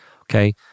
Okay